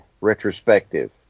Retrospective